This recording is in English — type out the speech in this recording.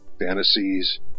fantasies